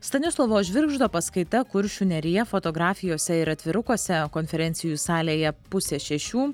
stanislovo žvirgždo paskaita kuršių nerija fotografijose ir atvirukuose konferencijų salėje pusę šešių